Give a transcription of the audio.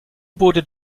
boote